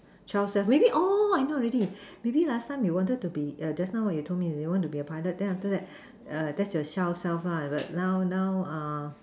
child self maybe oh I know already maybe last time you wanted to be err just now what you told me you want to be a pilot then after that that's your child self lah but now now uh